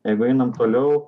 jeigu einam toliau